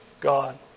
God